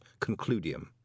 concludium